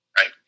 Right